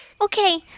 Okay